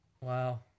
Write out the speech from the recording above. Wow